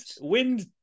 wind